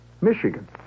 Michigan